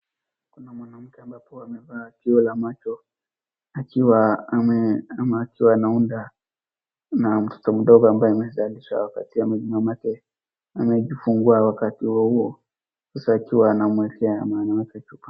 Kuna mwanamke ambapo amevaa kioo la macho akiwa ame ama akiwa anaunda na mtoto mdogo ambaye amezalishwa wakati mamake amejifungua wakati huo huo. Sasa akiwa anamwekea.